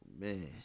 man